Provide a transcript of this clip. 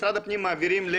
משרד הפנים מעבירים ל